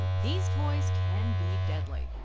ah these toys can be deadly.